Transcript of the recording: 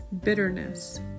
Bitterness